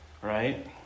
Right